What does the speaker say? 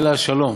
אלא השלום,